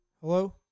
Hello